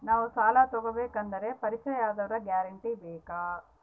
ನಾವು ಸಾಲ ತೋಗಬೇಕು ಅಂದರೆ ಪರಿಚಯದವರ ಗ್ಯಾರಂಟಿ ಬೇಕಾ?